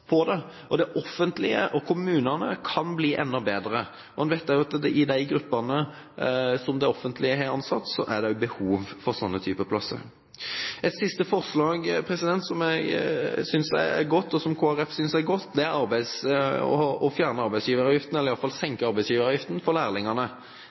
på dette, mens det offentlige og kommunene kan bli enda bedre. Vi vet også at det er behov for den type plasser i det offentlige. Et siste forslag, som jeg synes er godt, og som Kristelig Folkeparti synes er godt, er å fjerne arbeidsgiveravgiften eller iallfall